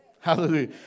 Hallelujah